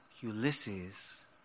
Ulysses